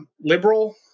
liberal